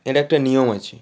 এর একটা নিয়ম আছে